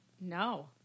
No